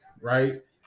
right